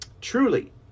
truly